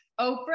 Oprah